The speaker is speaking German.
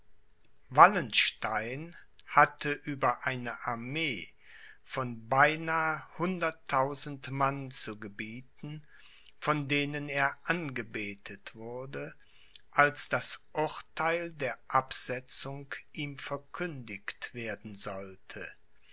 wallenstein hatte über eine armee von beinahe hunderttausend mann zu gebieten von denen er angebetet wurde als das urtheil der absetzung ihm verkündigt werden sollte